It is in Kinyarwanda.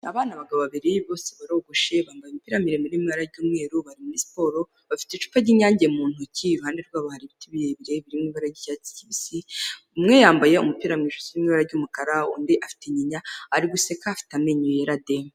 Aba ni abagabo babiri bose barogoshe bambaye imipiramire irimo ibara ry'umweru bari muri siporo, bafite icupa ry'Inyange mu ntoki iruhande rw'abati birebire byo mu ibarya ry'icyatsi kibisi, umwe yambaye umupira mu ijosi uri mu ibara ry'umukara undi afite inyinya ari guseka afite amenyo yera de.